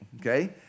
okay